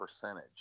percentage